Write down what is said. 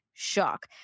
Shock